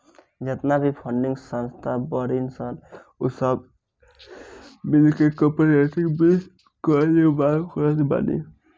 जेतना भी फंडिंग संस्था बाड़ीन सन उ सब मिलके कार्पोरेट वित्त कअ निर्माण करत बानी